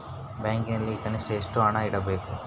ಬ್ಯಾಂಕಿನಲ್ಲಿ ಕನಿಷ್ಟ ಎಷ್ಟು ಹಣ ಇಡಬೇಕು?